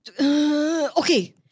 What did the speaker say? okay